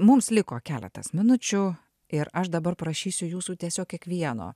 mums liko keletas minučių ir aš dabar prašysiu jūsų tiesiog kiekvieno